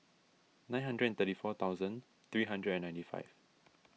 nine hundred and thirty four thousand three hundred and ninety five